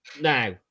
Now